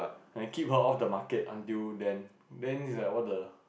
and keep her off the market until then then it's like what the